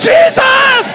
Jesus